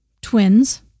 twins